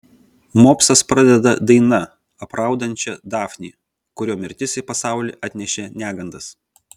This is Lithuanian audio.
mopsas pradeda daina apraudančia dafnį kurio mirtis į pasaulį atnešė negandas